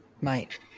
mate